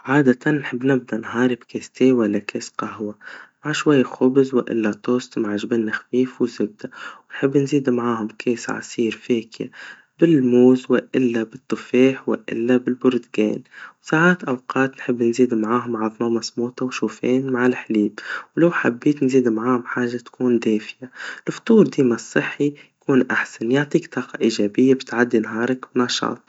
عادة, نحب نبدا نهاري بكاس شاي ولا كاس قهوا, مع شوية خبز وإلا توست مع جبن خفيف وزبدا, نحب نزيد معاهم كاس عصير فاكها, بالموز وإلا بالتفاح, وإلا بالبرتجان, ساعات أوقات نحب نزيد معاهم عظاما سموطا, وشوفان مع الحليب, ولو حبيت نزيد معاهم حاجا تكون دافيا, لفطور ديما صحي يكون أحسن, يعطيك طاقا إيجابيا بتعدي نهارك بنشاط.